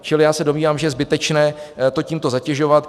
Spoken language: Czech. Čili já se domnívám, že je zbytečné to tímto zatěžovat.